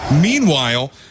Meanwhile